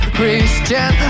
Christian